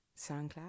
SoundCloud